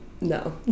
no